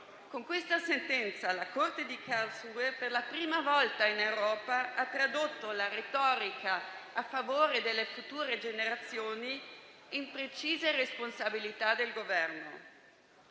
Con questa sentenza, la Corte di Karlsruhe, per la prima volta in Europa, ha tradotto la retorica a favore delle future generazioni in precise responsabilità del Governo.